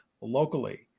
locally